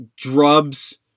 drubs